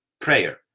prayer